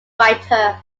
writer